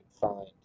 find